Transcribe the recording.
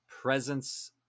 presence